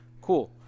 cool